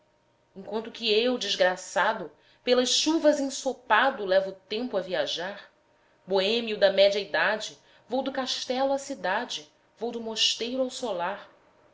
enquanto que eu desgraçado pelas chuvas ensopado levo o tempo a viajar boêmio da média idade vou do castelo à cidade vou do mosteiro ao solar